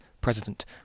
president